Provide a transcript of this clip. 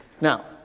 Now